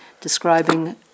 describing